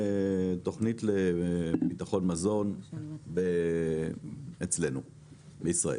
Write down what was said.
תוכנית לביטחון מזון אצלנו בישראל.